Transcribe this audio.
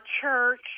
church